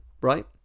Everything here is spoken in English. right